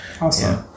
Awesome